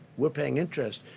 we're paying interest.